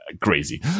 crazy